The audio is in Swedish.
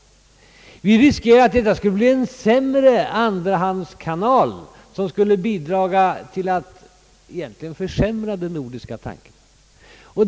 Vi riskerar att detta program skulle bli en sämre andrahandskanal, som egentligen skulle bidra till att försämra den nordiska tanken.